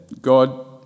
God